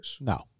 No